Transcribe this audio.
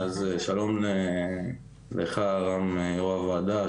אז שלום לך, רם, יושב-ראש הוועדה.